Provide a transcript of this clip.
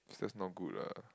is just not good lah